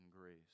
grace